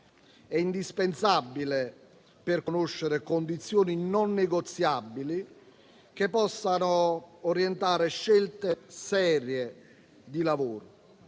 è indispensabile, per conoscere condizioni non negoziabili che possano orientare scelte serie di lavoro.